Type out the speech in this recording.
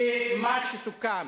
שמה שסוכם